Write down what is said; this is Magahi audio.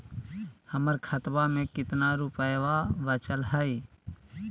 हमर खतवा मे कितना रूपयवा बचल हई?